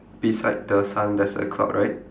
beside the sun there's a cloud right